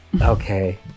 Okay